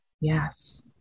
Yes